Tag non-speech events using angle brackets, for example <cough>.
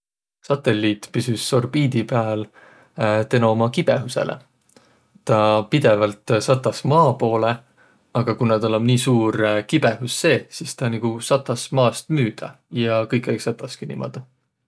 Satelliit püsüs orbiidi pääl <hesitation> teno uma kibõhusõlõ. Tä pidevält satas maa poolõ, aga kuna täl om nii suur kibõhus seeh, sis tä nigu satas maast müüdä ja kõikaig sataski niimuudu.